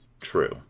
True